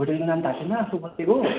होटेलको नाम थाहा छैन आफू बसेको